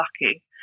lucky